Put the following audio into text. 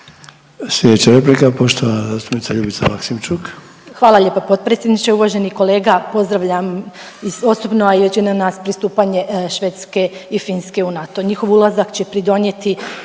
Slijedeća replika poštovana zastupnica Ljubica Maksimčuk. **Maksimčuk, Ljubica (HDZ)** Hvala lijepo potpredsjedniče. Uvaženi kolega, pozdravljam i osobno, a i većina nas pristupanje Švedske i Finske u NATO. Njihov ulazak će pridonijeti